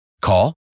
Call